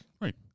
Right